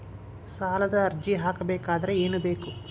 ಸಾಲದ ಅರ್ಜಿ ಹಾಕಬೇಕಾದರೆ ಏನು ಬೇಕು?